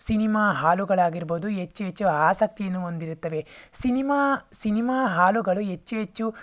cinema ಹಾಲುಗಳಾಗಿರಬಹುದು ಹೆಚ್ಚು ಹೆಚ್ಚು ಆಸಕ್ತಿಯನ್ನು ಹೊಂದಿರುತ್ತವೆ ಸಿನಿಮಾ ಸಿನಿಮಾ ಹಾಲುಗಳು ಹೆಚ್ಚು ಹೆಚ್ಚು